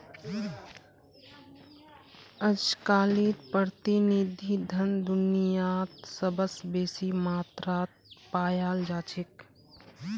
अजकालित प्रतिनिधि धन दुनियात सबस बेसी मात्रात पायाल जा छेक